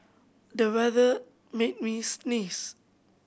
the weather made me sneeze